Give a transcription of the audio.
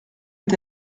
est